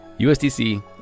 USDC